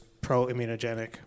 pro-immunogenic